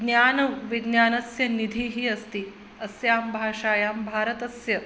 ज्ञानविज्ञानस्य निधिः अस्ति अस्यां भाषायां भारतस्य